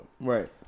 Right